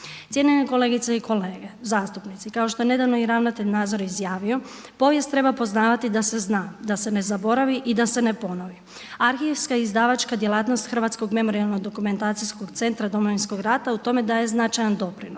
Cijenjene kolegice i kolege zastupnici, kao što je nedavno i ravnatelj Nazor izjavio povijest treba poznavati da se zna, da se ne zaboravi i da se ne ponovi. Arhivska izdavačka djelatnost Hrvatsko memorijalno-dokumentacijskog centra Domovinskog rata u tome daje značajan doprinos,